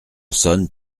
sonne